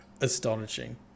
Astonishing